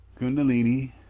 kundalini